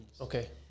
Okay